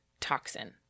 toxin